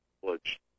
college